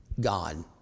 God